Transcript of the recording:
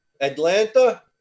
Atlanta